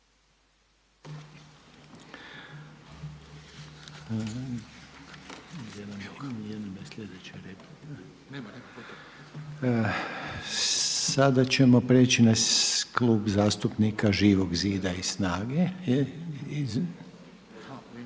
Sada ćemo prijeći na Klub zastupnika Živog zida i SNAGA-e.